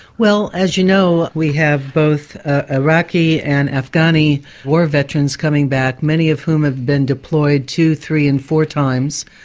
well, as you know, we have both iraqi and afghani war veterans coming back, many of whom have been deployed two, three and four times,